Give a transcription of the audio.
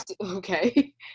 okay